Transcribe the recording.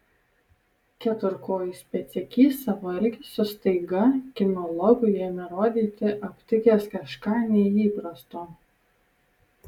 keturkojis pėdsekys savo elgesiu staiga kinologui ėmė rodyti aptikęs kažką neįprasto